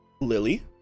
Lily